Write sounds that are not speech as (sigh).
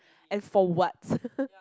and for what (laughs)